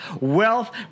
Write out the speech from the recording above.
wealth